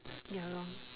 ya lor